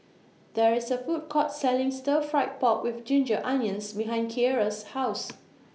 There IS A Food Court Selling Stir Fried Pork with Ginger Onions behind Kierra's House